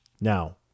Now